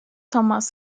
thomas